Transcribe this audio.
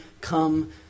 come